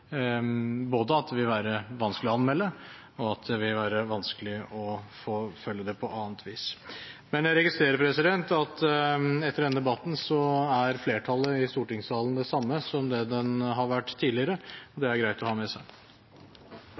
både at det vil være vanskelig å anmelde, og at det vil være vanskelig å forfølge det på annet vis. Jeg registrerer etter denne debatten at flertallet i stortingssalen er det samme som det har vært tidligere. Det er greit å ha med seg.